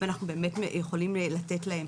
ואנחנו באמת יכולים לתת להם.